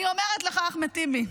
אני אומרת לך, אחמד טיבי,